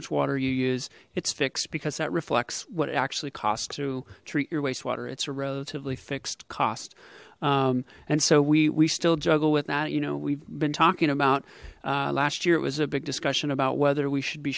much water you use it's fixed because that reflects what actually cost to treat your wastewater it's a relatively fixed cost and so we we still juggle with that you know we've been talking about last year it was a big discussion about whether we should be